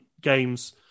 games